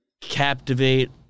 captivate